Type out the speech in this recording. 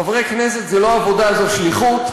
חברי כנסת, זו לא עבודה, זו שליחות.